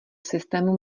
systému